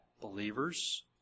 Believers